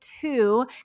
two